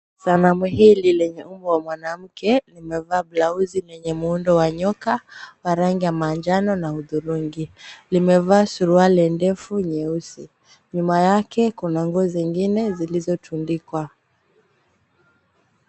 Sanamu hili lenye umbo wa mwanamke limevaa blauzi lenye muundo wa nyoka wa rangi ya manjano na hudhurungi. Limevaa suruali ndefu nyeusi. Nyuma yake kuna nguo zingine zilizotundikwa.